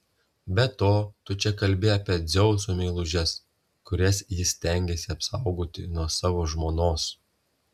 be to tu čia kalbi apie dzeuso meilužes kurias jis stengėsi apsaugoti nuo savo žmonos